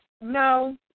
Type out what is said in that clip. no